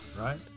right